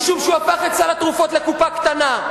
משום שהוא הפך את סל התרופות לקופה קטנה.